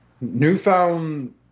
newfound